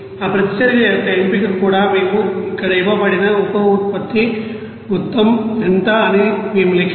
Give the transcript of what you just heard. ఆ ప్రతిచర్యల యొక్క ఎంపిక కూడా మేము ఇక్కడ ఇవ్వబడిన ఉప ఉత్పత్తి మొత్తం ఎంత అని మేము లెక్కించాము